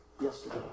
Yesterday